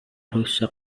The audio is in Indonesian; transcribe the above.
rusak